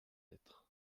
être